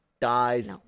dies